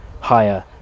higher